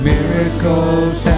Miracles